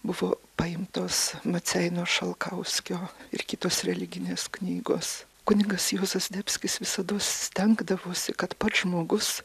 buvo paimtos maceinos šalkauskio ir kitos religinės knygos kunigas juozas zdebskis visados stengdavosi kad pats žmogus